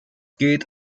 geht